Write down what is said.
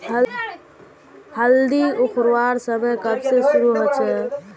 हल्दी उखरवार समय कब से शुरू होचए?